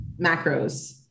macros